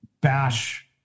bash